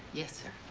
yes, sir.